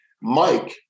Mike